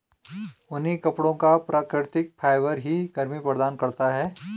ऊनी कपड़ों का प्राकृतिक फाइबर ही गर्मी प्रदान करता है